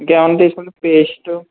ఇంకేమన్నా తీసుకుంటారా పేస్టు